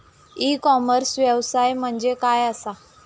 E commerce व्यवसाय म्हणजे काय असा?